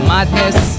Madness